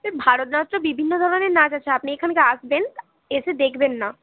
এ ভারতনাট্যম বিভিন্ন ধরনের নাচ আছে আপনি এখানকে আসবেন এসে দেখবেন না